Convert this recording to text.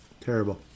Terrible